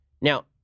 Now